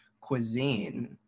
cuisine